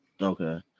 Okay